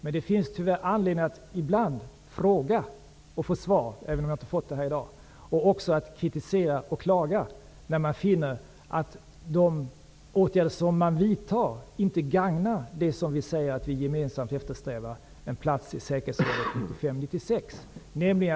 Men tyvärr finns det ibland anledning att ställa frågor och få svar -- även om jag inte har fått det här i dag -- och också att kritisera och klaga, när man finner att de åtgärder som vidtas inte gagnar en plats i säkerhetsrådet 1995--1996 som vi säger att vi gemensamt eftersträvar.